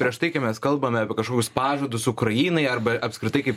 prieš tai kai mes kalbame apie kažkokius pažadus ukrainai arba apskritai kaip